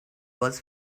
was